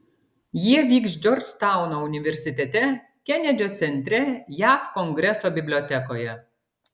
jie vyks džordžtauno universitete kenedžio centre jav kongreso bibliotekoje